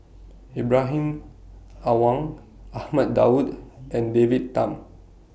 Ibrahim Awang Ahmad Daud and David Tham